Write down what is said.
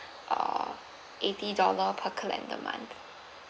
err eighty dollar per calendar month